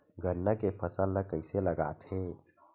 गन्ना के फसल ल कइसे लगाथे?